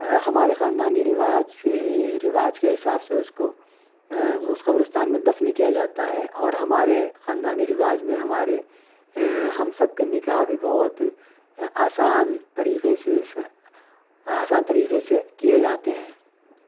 ہمارے خاندانی رواج رواج کے حساب سے اس کو اس قبرستان میں دفن کیا جاتا ہے اور ہمارے خاندانی رواج میں ہمارے ہم سب کے نکاح بھی بہت آسان طریقے سے آسان طریقے سے کیے جاتے ہیں